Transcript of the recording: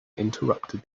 interrupted